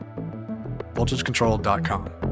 VoltageControl.com